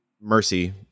Mercy